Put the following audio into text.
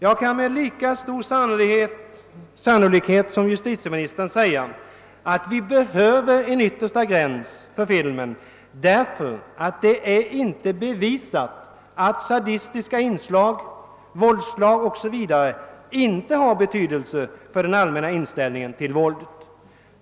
Jag kan med lika stort berättigande hävda, att vi behöver en yttersta gräns därför att det inte är bevisat att sadistiska våldsinslag o.s.v. inte har betydelse för den allmänna inställningen till våldet.